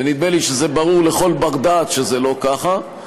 ונדמה לי שברור לכל בר-דעת שזה לא ככה,